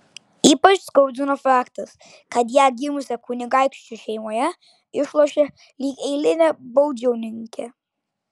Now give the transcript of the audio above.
ypač skaudino faktas kad ją gimusią kunigaikščių šeimoje išlošė lyg eilinę baudžiauninkę